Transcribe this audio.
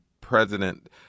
president